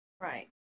Right